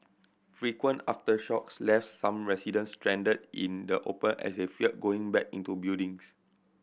frequent aftershocks left some residents stranded in the open as they feared going back into buildings